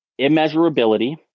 immeasurability